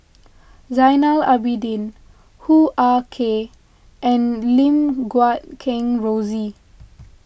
Zainal Abidin Hoo Ah Kay and Lim Guat Kheng Rosie